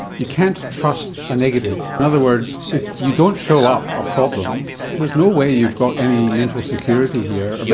you can't trust a negative. in other words, if you don't show up a problem there's no way you've got any mental security here, yeah